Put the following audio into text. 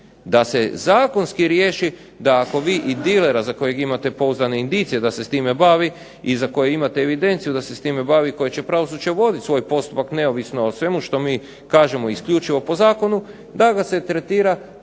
da se zakonski riješi da ako vi i dilera za kojeg imate pouzdane indicije da se s time bavi i za koji imate evidenciju da se s time bavi i koje će pravosuđe voditi svoj postupak neovisno o svemu što mi kažemo isključivo po zakonu da ga se tretira da je to